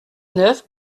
neuf